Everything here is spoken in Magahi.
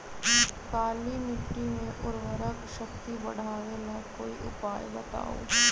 काली मिट्टी में उर्वरक शक्ति बढ़ावे ला कोई उपाय बताउ?